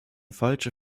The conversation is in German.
falsche